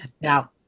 Now